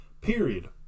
period